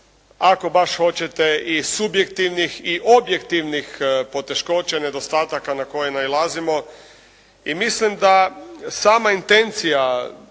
Ako baš hoćete i subjektivnih i objektivnih poteškoća, nedostataka na koje nailazimo i mislim da sama intencija